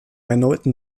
erneuten